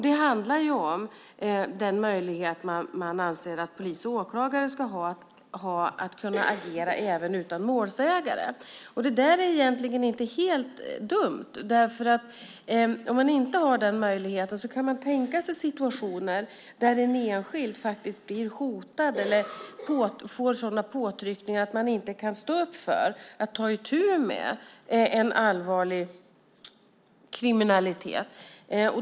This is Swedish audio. Det handlar om möjligheten för polis och åklagare att agera även utan målsägare. Det är egentligen inte så dumt, för om man inte har den möjligheten kan man tänka sig situationer där en enskild blir hotad eller utsatt för påtryckningar som man inte kan stå emot för att ta itu med en allvarlig kriminalitet.